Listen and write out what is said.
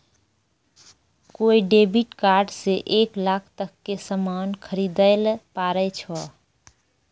कोय debit card से एक लाख तक के सामान खरीदैल पारै छो